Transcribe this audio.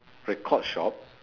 record shop